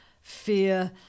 fear